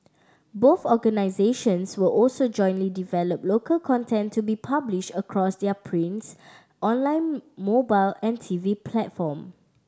both organisations were also jointly develop local content to be published across their prints online mobile and T V platform